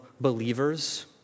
believers